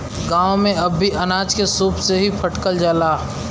गांव में अब भी अनाज के सूप से ही फटकल जाला